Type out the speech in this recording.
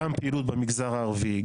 גם פעילות במגזר הערבי,